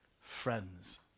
friends